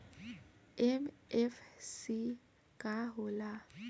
MFC का हो़ला?